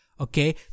okay